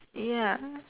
ya